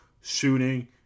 shooting